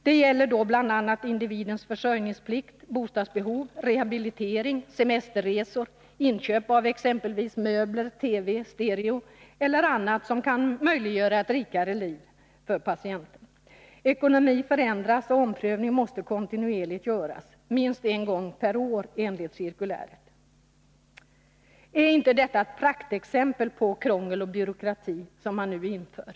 Det gäller då bl.a. individens försörjningsplikt, bostadsbehov, rehabilitering, semesterresor, inköp av exempelvis möbler, TV, stereo eller annat som kan möjliggöra ett rikare liv för patienten. Ekonomin förändras, och en omprövning måste kontinuerligt göras — minst en gång per år enligt cirkuläret. Är inte detta ett praktexempel på krångel och byråkrati, det som man nu inför?